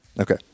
Okay